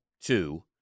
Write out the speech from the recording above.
two